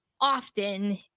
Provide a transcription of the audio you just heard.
often